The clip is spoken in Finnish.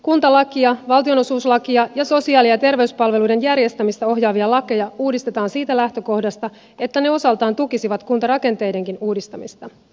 kuntalakia valtionosuuslakia ja sosiaali ja terveyspalveluiden järjestämistä ohjaavia lakeja uudistetaan siitä lähtökohdasta että ne osaltaan tukisivat kuntarakenteidenkin uudistamista